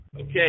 Okay